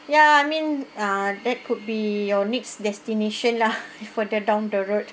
ya I mean ah that could be your next destination lah further down the road